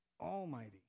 almighty